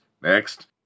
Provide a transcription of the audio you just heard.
next